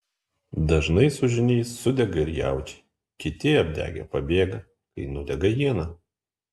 dažnai su žyniais sudega ir jaučiai kiti apdegę pabėga kai nudega iena